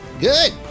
good